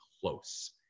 close